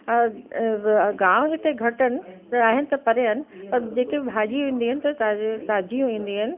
और गाम हिते घटि आहिनि त आहिनि त परे आहिनि पर जेके भाॼी ईंदियूं आहिनि त ता ताज़ियूं ईंदियूं आहिनि